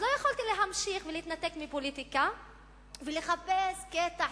אז לא יכולתי להמשיך ולהתנתק מפוליטיקה ולחפש קטע